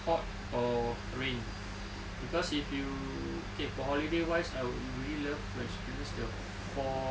hot or rain cause if you okay for holiday wise I would really love to experience the four